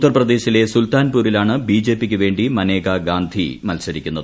ഉത്തർപ്രദേശിലെ സുൽത്താൻപൂരിലാണ് ബിജെപിക്ക് വേണ്ടി മാനേക ഗാന്ധി മത്സരിക്കുന്നത്